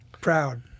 proud